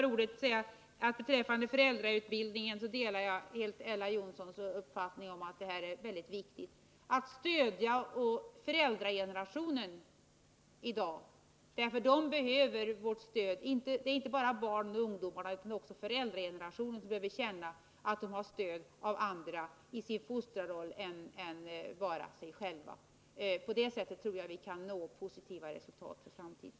87 Beträffande föräldrautbildningen delar jag Ella Johnssons uppfattning att det är väldigt viktigt att stödja föräldragenerationen i detta sammanhang. Inte bara barnen behöver vårt stöd, utan också föräldrarna måste få känna att de har stöd av andrai sin fostrarroll. På det sättet tror jag att vi kan nå positiva resultat i framtiden.